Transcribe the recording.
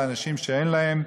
לאנשים שאין להם,